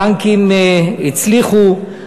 הבנקים הצליחו,